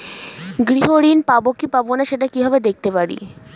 গৃহ ঋণ পাবো কি পাবো না সেটা কিভাবে দেখতে পারি?